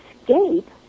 escape